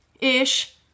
ish